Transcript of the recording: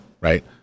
right